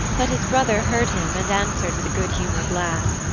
but his brother heard him and answered with a good-humored laugh.